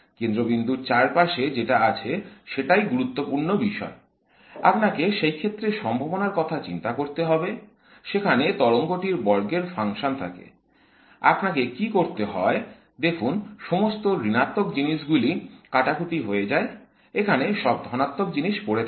কেন্দ্রবিন্দুর চারপাশে যেটা আছে সেটাই গুরুত্বপূর্ণ বিষয় আপনাকে সেই ক্ষেত্রে সম্ভাবনার কথা চিন্তা করতে হবে সেখানে তরঙ্গ টির বর্গের ফাংশন থাকে আপনাকে কি করতে হয় দেখুন সমস্ত ঋণাত্মক জিনিসগুলি কাটাকুটি হয়ে যায় এখানে সব ধনাত্মক জিনিস পরে থাকে